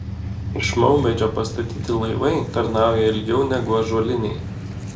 iš maumedžio pastatyti laivai tarnauja ilgiau negu ąžuoliniai